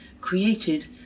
created